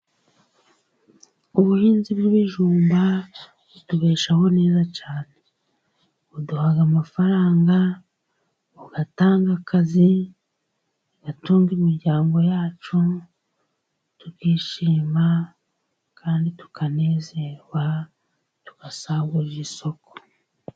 Ubuhinzi bw'ibijumba butubeshaho neza cyane. Buduha amafaranga bugatanga akazi, bugatunga imiryango yacu tukishima, kandi tukanezerwa tugasagurira isoko.